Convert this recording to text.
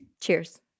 Cheers